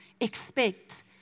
Expect